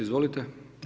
Izvolite.